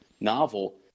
novel